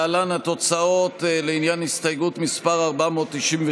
להלן תוצאות ההצבעה לעניין הסתייגות מס' 197: